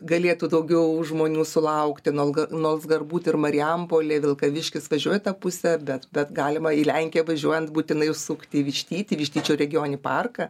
galėtų daugiau žmonių sulaukti nu alga nols garbūt ir marijampolė vilkaviškis važiuoji į tą pusę bet bet galima į lenkiją važiuojant būtinai užsukti į vištytį vištyčio regioninį parką